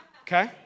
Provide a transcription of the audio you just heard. okay